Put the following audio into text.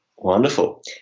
Wonderful